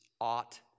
ought